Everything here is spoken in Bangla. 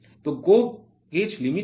তো GO gauge limit কি